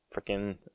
Freaking